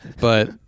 But-